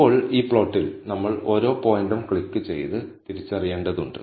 ഇപ്പോൾ ഈ പ്ലോട്ടിൽ നമ്മൾ ഓരോ പോയിന്റും ക്ലിക്ക് ചെയ്ത് തിരിച്ചറിയേണ്ടതുണ്ട്